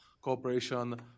cooperation